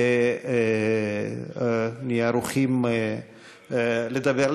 ונהיה ערוכים לדבר.